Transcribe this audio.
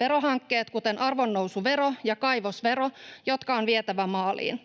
verohankkeita, kuten arvonnousuvero ja kaivosvero, jotka on vietävä maaliin.